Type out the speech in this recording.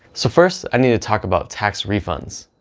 so first i need to talk about tax refunds.